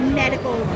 medical